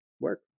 work